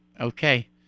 Okay